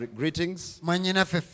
greetings